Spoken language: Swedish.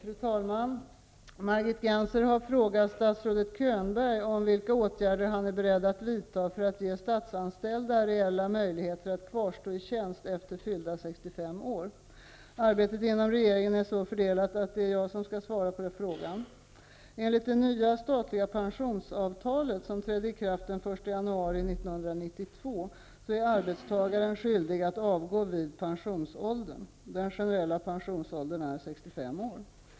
Fru talman! Margit Gennser har frågat statsrådet Könberg vilka åtgärder han är beredd att vidta för att ge statsanställda reella möjligheter att kvarstå i tjänst efter fyllda 65 år. Arbetet inom regeringen är så fördelat att det är jag som skall svara på frågan. Enligt det nya statliga pensionsavtalet, som trädde i kraft den 1 januari 1992, är arbetstagaren skyldig att avgå vid pensionsåldern. Den generella pensionsåldern är 65 år.